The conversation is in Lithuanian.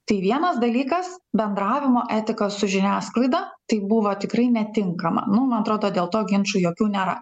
tai vienas dalykas bendravimo etika su žiniasklaida tai buvo tikrai netinkama nu man atrodo dėl to ginčų jokių nėra